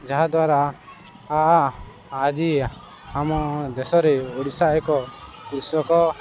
ଯାହାଦ୍ୱାରା ଆଜି ଆମ ଦେଶରେ ଓଡ଼ିଶା ଏକ କୃଷକ